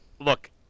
look